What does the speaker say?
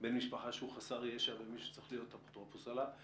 בן משפחה שהוא חסר ישע ומישהו צריך להיות אפוטרופוס עליו.